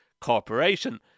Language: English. corporation